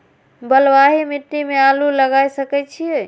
बलवाही मिट्टी में आलू लागय सके छीये?